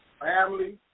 family